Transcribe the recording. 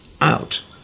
out